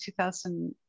2000